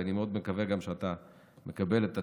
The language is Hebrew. ואני מאוד מקווה גם שאתה מקבל את התשובה,